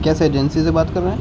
gas agency سے بات کر رہا ہوں